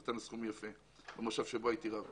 והוא נתן סכום יפה למושב שבו הייתי רב.